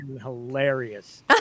hilarious